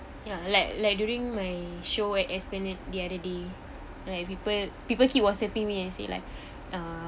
ya like like during my show at esplanade the other day like people people keep whatsapping me and say like uh